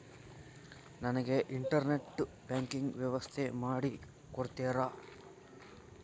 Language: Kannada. ನನಗೆ ಇಂಟರ್ನೆಟ್ ಬ್ಯಾಂಕಿಂಗ್ ವ್ಯವಸ್ಥೆ ಮಾಡಿ ಕೊಡ್ತೇರಾ?